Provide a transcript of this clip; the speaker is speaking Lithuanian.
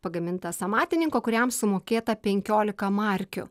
pagamintas amatininko kuriam sumokėta penkiolika markių